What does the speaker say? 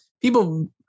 people